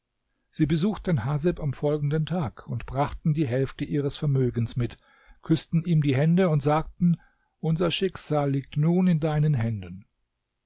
sie besuchten haseb am folgenden tag und brachten die hälfte ihres vermögens mit küßten ihm die hände und sagten unser schicksal liegt nun in deinen händen